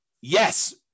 Yes